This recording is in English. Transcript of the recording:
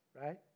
Right